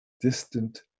Distant